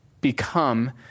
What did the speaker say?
become